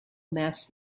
mass